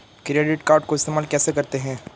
Credit card को इस्तेमाल कैसे करते हैं?